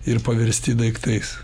ir paversti daiktais